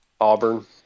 Auburn